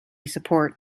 support